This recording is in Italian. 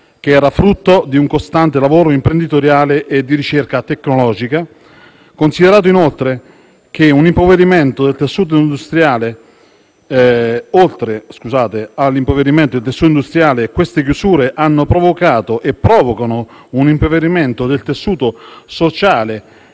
che era frutto di un costante lavoro imprenditoriale e di ricerca tecnologica. Si consideri, inoltre, che, oltre ad un impoverimento del tessuto industriale, queste chiusure hanno provocato e provocano un impoverimento del tessuto sociale